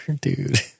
dude